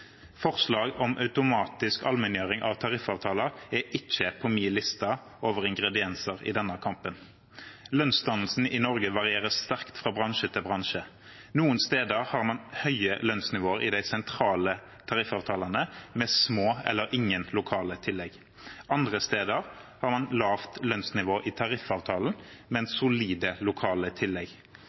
Forslag om automatisk allmenngjøring av tariffavtaler er ikke på min liste over ingredienser i denne kampen. Lønnsdannelsen i Norge varierer sterkt fra bransje til bransje. Noen steder har man høye lønnsnivåer i de sentrale tariffavtalene, med små eller ingen lokale tillegg. Andre steder har man lavt lønnsnivå i tariffavtalen, men solide lokale tillegg.